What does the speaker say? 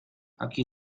aquí